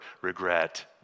regret